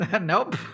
Nope